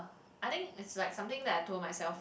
I think it's like something that I told myself